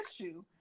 issue